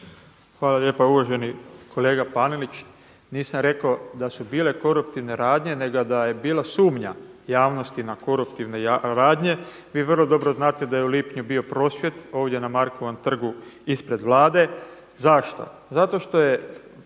Hvala lijepa. Uvaženi kolega Panenić, nisam rekao da su bile koruptivne radnje nego da je bilo sumnja javnosti na koruptivne radnje. Vi vrlo dobro znate da je u lipnju bio prosvjed ovdje na Markovom trgu ispred Vlade. Zašto? Zato što je